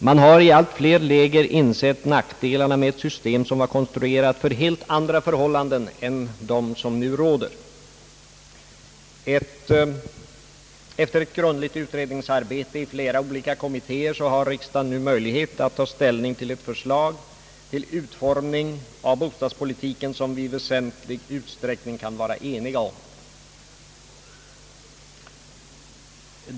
Man har i allt fler läger insett nackdelarna med ett system som var konstruerat för helt andra förhållanden än de nu rådande. Efter ett grundligt utredningsarbete i flera olika kommittéer har riksdagen i dag möjlighet att ta ställning till ett förslag om utformning av bostadspolitiken, som vi i väsentlig utsträckning kan vara eniga om.